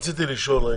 רציתי לשאול,